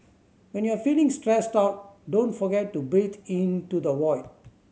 when you are feeling stressed out don't forget to breathe into the void